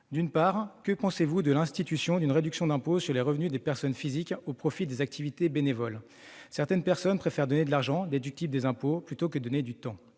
D'une part, que pensez-vous de l'institution d'une réduction d'impôt sur le revenu des personnes physiques au profit des activités bénévoles ? Certaines personnes préfèrent en effet donner de l'argent déductible des impôts plutôt que du temps.